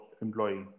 employee